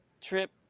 trip